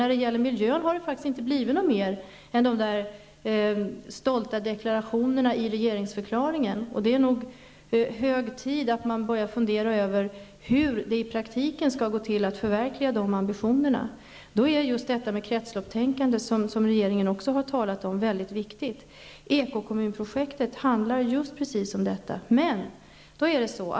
När det gäller miljön har det inte blivit något mer än de stolta deklarationerna i regeringsförklaringen. Det är hög tid att man börjar fundera över hur det i praktiken skall gå till att förverkliga de ambitionerna. Då är detta med kretsloppstänkande, som regeringen också har talat om, mycket viktigt. Ekokommunprojektet handlar precis om det.